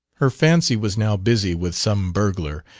her fancy was now busy with some burglar,